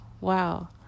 Wow